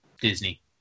Disney